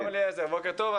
שלום אליעזר, בוקר טוב.